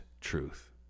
truth